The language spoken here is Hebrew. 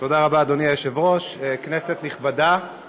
(תיקון, השוואת קצבת זקנה